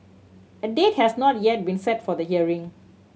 a date has not yet been set for the hearing